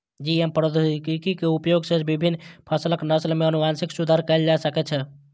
GM प्रौद्योगिकी के उपयोग सं विभिन्न फसलक नस्ल मे आनुवंशिक सुधार कैल जा सकै छै